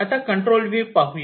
आता control view पाहूया